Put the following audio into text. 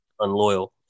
unloyal